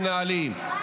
מנהלים כאן.